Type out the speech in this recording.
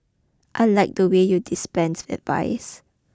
I liked the way you dispense advice